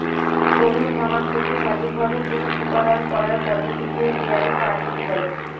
গরুর খামার থেকে সঠিক ভাবে দুধ উপাদান করার পদ্ধতিকে ডেয়ারি ফার্মিং বলে